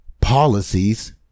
policies